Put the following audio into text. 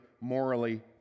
morally